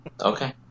Okay